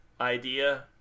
idea